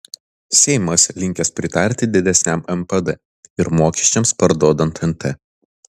seimas linkęs pritarti didesniam npd ir mokesčiams parduodant nt